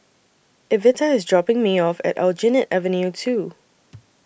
Evita IS dropping Me off At Aljunied Avenue two